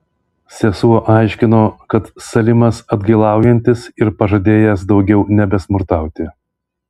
sesuo aiškino kad salimas atgailaujantis ir pažadėjęs daugiau nebesmurtauti